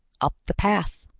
up the path.